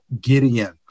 Gideon